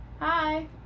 Hi